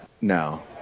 no